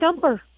Dumper